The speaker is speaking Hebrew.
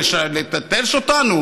לטשטש אותנו?